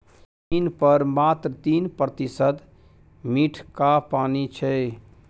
जमीन पर मात्र तीन प्रतिशत मीठका पानि छै